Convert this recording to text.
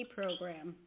program